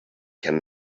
can